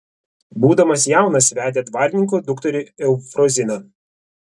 būdamas jaunas vedė dvarininko dukterį eufroziną